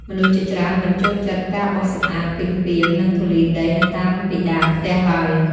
មនុស្សជាច្រើនមិនចូលចិត្តការបោសសម្អាតពីងពាង និងធូលីដីនៅតាមពិដានផ្ទះឡើយ។